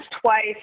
twice